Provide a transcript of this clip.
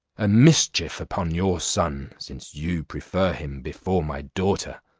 a mischief upon your son, since you prefer him before my daughter.